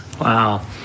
Wow